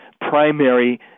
primary